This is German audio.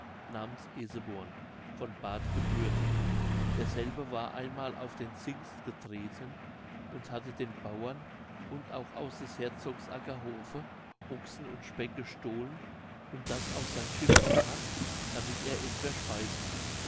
namens eseborn von barth gebürtig derselbe war einmal auf den zingst getreten und hatte den bauern und auch aus des herzogs ackerhofe ochsen und speck gestohlen und das auf sein schiff gebracht damit er es verspeisete